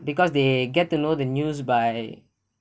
because they get to know the news by